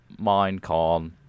Minecon